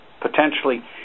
potentially